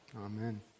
Amen